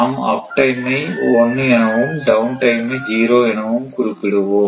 நாம் அப் டைமை 1 எனவும் டவுன் டைமை 0 எனவும் குறிப்பிடுவோம்